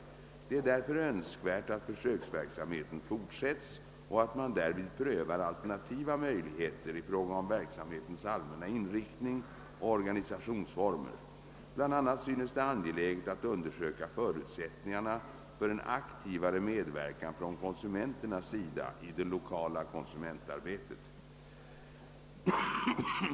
Det är därför önskvärt att försöksverksamheten fortsätts och att man därvid prövar alternativa möjligheter i fråga om verksamhetens allmänna inriktning och organisationsformer. Bl.a. synes det angeläget att undersöka förutsättningarna för en aktivare medverkan från kommunernas sida i det lokala konsumentarbetet.